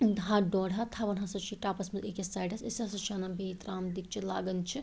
ہتھ ڈۄڈھ ہتھ تھاوان ہَسا چھ یہِ ٹَپَس مَنٛز أکِس سایڈَس أسۍ ہَسا چھِ انان بیٚیہِ ترٛامہٕ دیٖگچہِ لاگان چھِ